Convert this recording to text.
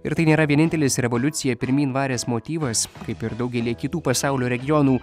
ir tai nėra vienintelis revoliuciją pirmyn varęs motyvas kaip ir daugelyje kitų pasaulio regionų